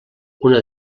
una